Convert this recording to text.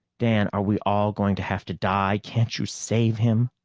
dan, are we all going to have to die? can't you save him?